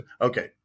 okay